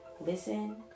listen